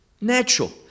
natural